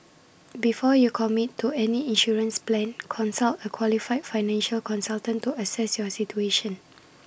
before you commit to any insurance plan consult A qualified financial consultant to assess your situation